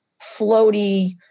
floaty